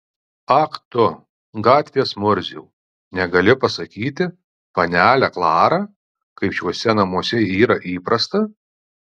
ak tu gatvės murziau negali pasakyti panelę klarą kaip šiuose namuose yra įprasta